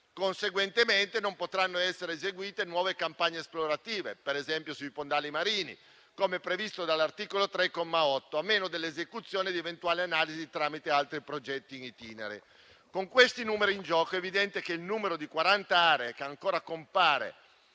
Conseguentemente, non potranno essere eseguite nuove campagne esplorative, per esempio sui fondali marini, come previsto dall'articolo 3, comma 8, a meno dell'esecuzione di eventuali analisi tramite altri progetti *in itinere*. Con queste cifre in gioco, è evidente che il numero di quaranta aree che ancora compare